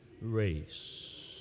race